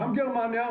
גם גרמניה,